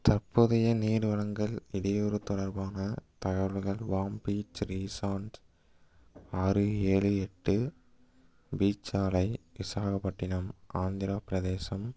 தற்போதைய நீர் வழங்கல் இடையூறு தொடர்பான தகவல்கள் வாம் பீச் ரீசாண்ட் ஆறு ஏழு எட்டு பீச் சாலை விசாகப்பட்டினம் ஆந்திரப் பிரதேசம்